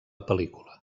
pel·lícula